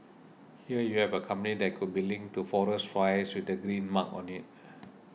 here you have a company that could be linked to forest fires with the green mark on it